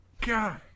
God